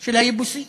של היבוסי